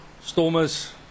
Stormers